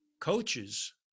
coaches